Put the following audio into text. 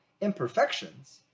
imperfections